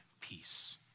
peace